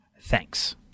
Thanks